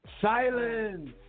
Silence